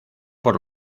por